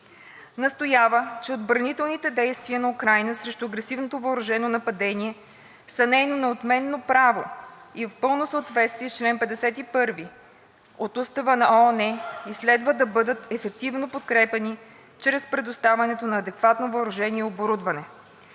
Настоява, че отбранителните действия на Украйна срещу агресивното въоръжено нападение са нейно неотменимо право и в пълно съответствие с чл. 51 от Устава на ООН и следва да бъдат ефективно подкрепяни чрез предоставянето на адекватно въоръжение и оборудване.